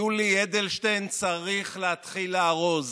יולי אדלשטיין צריך להתחיל לארוז.